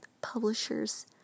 publishers